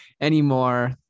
anymore